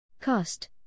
Cost